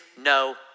no